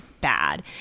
bad